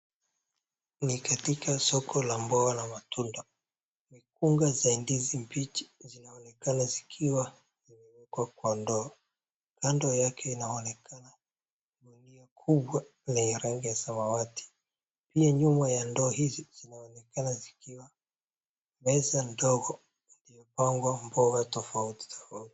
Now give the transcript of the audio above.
Ni katika soko la mboga na matunda. Mkunga za ndizi mbichi zinaonekana zikiwa zimewekwa kwa ndoo, kando yake inaonekana gunia kubwa lenye rangi ya samawati. Pia nyuma ya ndoo hizi zinaonekana zikiwa meza ndogo zilizopangwa mboga tofauti tofauti.